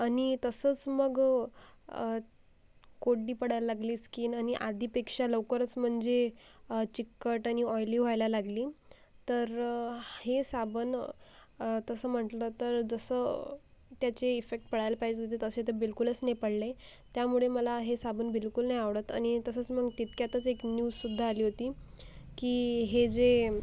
आणि तसंच मग कोरडी पडायला लागली स्कीन आणि आधीपेक्षा लवकरच म्हणजे चिकट आणि ऑयली व्हायला लागली तर हे साबण तसं म्हटलं तर जसं त्याचे इफेक्ट पडायला पाहिजे होते तसे तर बिलकुलच नाही पडले त्यामुळे मला हे साबण बिलकुल नाही आवडत आणि तसंच मग तितक्यातच एक न्यूजसुद्धा आली होती की हे जे